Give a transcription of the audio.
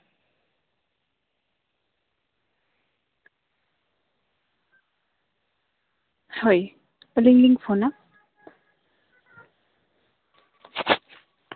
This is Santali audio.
ᱦᱳᱭ ᱟᱞᱤᱧᱞᱤᱧ ᱯᱷᱳᱱᱟ